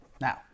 Now